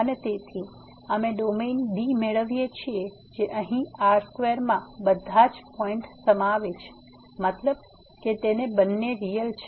અને તેથી અમે ડોમેન D મેળવીએ છીએ જે અહી R2 માં બધા જ બધા પોઇન્ટ સમાવે છે મતલબ કે તે બંને રીયલ છે